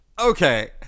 Okay